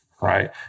right